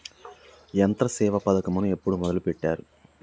యంత్రసేవ పథకమును ఎప్పుడు మొదలెట్టారు?